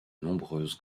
nombreuses